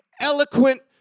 eloquent